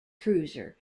cruiser